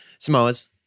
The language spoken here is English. Samoas